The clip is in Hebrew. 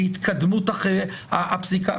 להתקדמות הפסיקה.